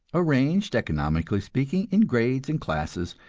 arranged, economically speaking, in grades and classes,